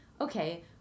okay